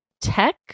tech